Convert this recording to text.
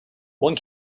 one